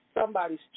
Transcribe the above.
somebody's